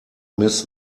miss